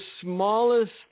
smallest